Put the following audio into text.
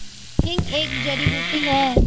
हींग एक जड़ी बूटी है